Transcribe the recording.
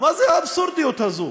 איזו מין אבסורדיות זו?